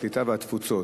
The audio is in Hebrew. הקליטה והתפוצות.